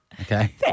Okay